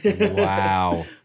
Wow